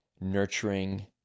nurturing